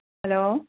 hello